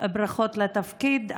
ברכות על התפקיד.